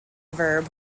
verb